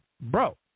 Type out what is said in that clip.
bro